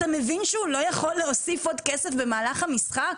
אתה מבין שהוא לא יכול להוסיף עוד כסף במהלך המשחק?